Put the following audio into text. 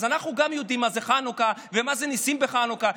אנחנו יודעים מה זה חנוכה ומה זה ניסים בחנוכה.